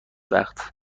وقت